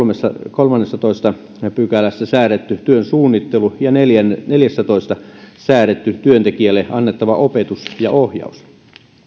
kolmannessatoista pykälässä säädetty työn suunnittelu ja neljännessätoista pykälässä säädetty työntekijälle annettava opetus ja ohjaus